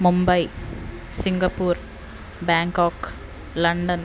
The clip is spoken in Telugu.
Mumbai Singapore Bangkok London